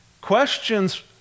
Questions